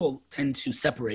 להעמיד